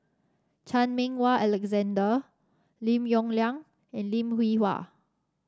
Chan Meng Wah Alexander Lim Yong Liang and Lim Hwee Hua